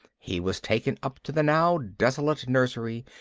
he was taken up to the now desolate nursery,